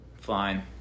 Fine